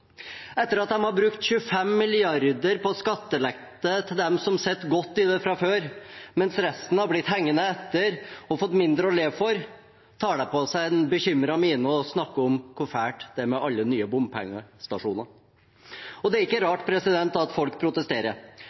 Etter at de har brukt 25 mrd. kr på skattelette til dem som sitter godt i det fra før, mens resten har blitt hengende etter og fått mindre å leve for, tar de på seg den bekymrede minen og snakker om hvor fælt det er med alle de nye bompengestasjonene. Det er ikke rart at folk protesterer.